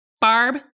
Barb